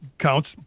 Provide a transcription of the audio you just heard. counts